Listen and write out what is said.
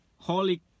Holy